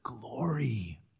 glory